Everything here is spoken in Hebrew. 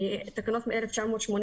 התקנות הן מ-1986.